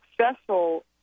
successful